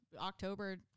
October